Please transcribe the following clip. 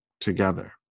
together